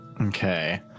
Okay